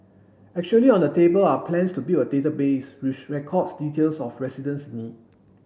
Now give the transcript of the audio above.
actually on the table are plans to build a database which records details of residents need